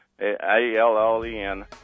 A-L-L-E-N